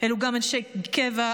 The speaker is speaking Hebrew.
אלו גם אנשי קבע,